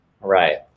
Right